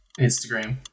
Instagram